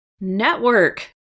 network